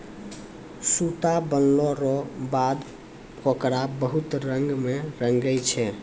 सूता बनलो रो बाद होकरा बहुत रंग मे रंगै छै